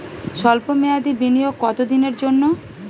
সল্প মেয়াদি বিনিয়োগ কত দিনের জন্য?